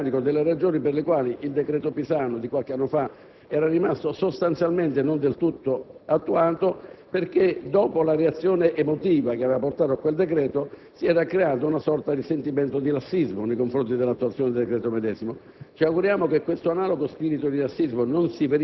perché immaginiamo che questo decreto si faccia carico delle ragioni per le quali il decreto Pisanu di qualche anno fa è rimasto, sostanzialmente, non del tutto attuato: dopo la reazione emotiva che aveva portato a quel decreto, si era creata, infatti, una sorta di sentimento di lassismo nei confronti dell'attuazione del decreto medesimo.